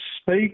speak